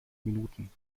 minuten